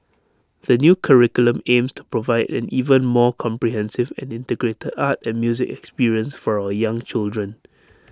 the new curriculum aims to provide an even more comprehensive and integrated art and music experience for our young children